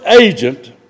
agent